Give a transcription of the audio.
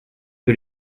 que